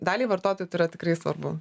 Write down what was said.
daliai vartotojų tai yra tikrai svarbu